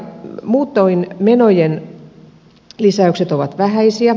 muutoin menojen lisäykset ovat vähäisiä